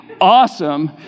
awesome